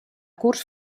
curs